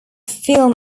film